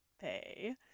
pay